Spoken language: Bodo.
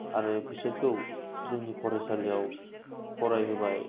आरो बिसोरखौ जोंनि फरायसालियाव फरायहोबाय